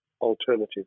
alternative